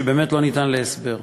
שבאמת לא ניתן להסבר,